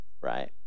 right